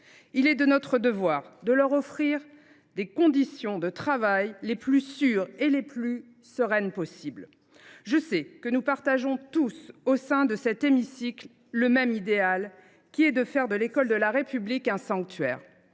Il est de notre devoir de leur offrir les conditions de travail les plus sûres et les plus sereines possible. Je le sais, tous ceux qui siègent au sein de cet hémicycle partagent le même idéal, qui est de faire de l’école de la République un sanctuaire.